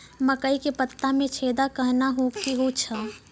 मकई के पत्ता मे छेदा कहना हु छ?